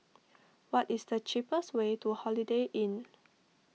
what is the cheapest way to Holiday Inn